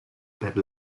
per